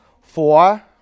Four